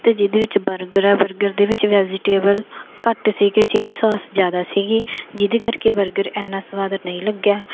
ਅਤੇ ਜਿਹਦੇ ਵਿੱਚ ਬਰਗਰ ਹੈ ਬਰਗਰ ਦੇ ਵਿੱਚ ਵੈਜੀਟੇਬਲ ਘੱਟ ਸੀਗੇ ਚਿਲੀ ਸੋਸ ਜ਼ਿਆਦਾ ਸੀਗੀ ਜਿਹਦੇ ਕਰਕੇ ਬਰਗਰ ਇੰਨਾ ਸਵਾਦ ਨਹੀਂ ਲੱਗਿਆ